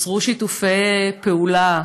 נוצרו שיתופי פעולה,